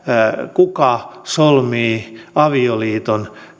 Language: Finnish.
kuka solmii avioliiton